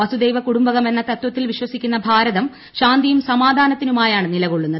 വസുദൈവ കുടുംബകം എന്ന തത്വത്തിൽ വിശ്വസിക്കുന്ന ഭാരതം ശാന്തിയും സമാധാനത്തിനുമായിയാണ് നിലകൊള്ളുന്നത്